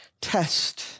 test